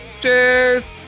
Cheers